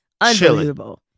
unbelievable